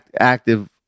active